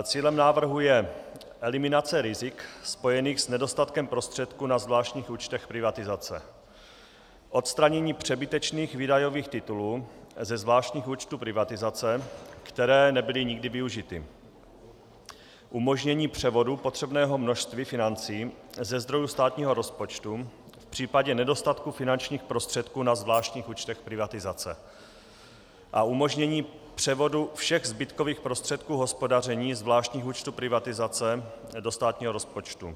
Cílem návrhu je eliminace rizik spojených s nedostatkem prostředků na zvláštních účtech privatizace, odstranění přebytečných výdajových titulů ze zvláštních účtů privatizace, které nebyly nikdy využity, umožnění převodu potřebného množství financí ze zdrojů státního rozpočtu v případě nedostatku finančních prostředků na zvláštních účtech privatizace a umožnění převodu všech zbytkových prostředků hospodaření zvláštních účtů privatizace do státního rozpočtu.